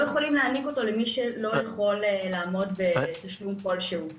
יכולים להעניק אותו למי שלא יכול לשלם תשלום כלשהו.